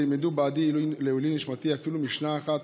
וילמדו בעדי לעילוי נשמתי אפילו משנה אחת